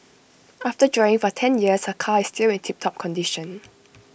after driving for ten years her car is still in tiptop condition